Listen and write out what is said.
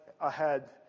ahead